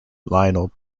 lionel